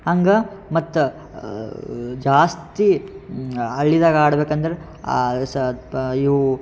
ಹಂಗ ಮತ್ತು ಜಾಸ್ತಿ ಹಳ್ಳಿದಾಗ್ ಆಡ್ಬೇಕಂದ್ರೆ ಇವು